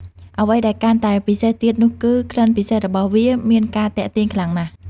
អ្វីដែលកាន់តែពិសេសទៀតនោះគឺ ក្លិនពិសេសរបស់វាមានការទាក់ទាញខ្លាំងណាស់។